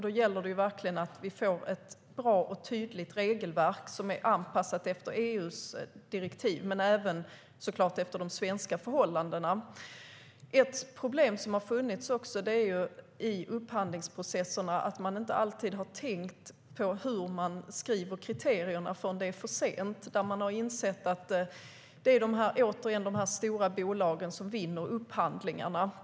Då gäller det verkligen att vi får ett bra och tydligt regelverk som är anpassat efter EU:s direktiv, men även såklart efter de svenska förhållandena. Ett problem som har funnits i upphandlingsprocesserna är att man inte alltid har tänkt på hur man skriver kriterierna förrän det är för sent, förrän man återigen insett att det är de stora bolagen, ofta dessutom riskkapitalbolag, som vinner upphandlingarna.